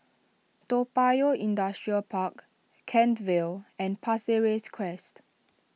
Toa Payoh Industrial Park Kent Vale and Pasir Ris Crest